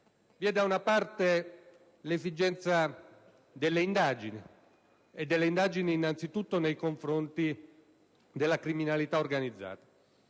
Vi è da una parte l'esigenza delle indagini, innanzitutto nei confronti della criminalità organizzata.